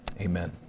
amen